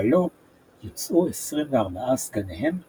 ולא - יוצאו 24 סגניהם להורג.